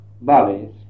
bodies